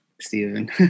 Stephen